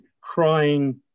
crying